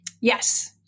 Yes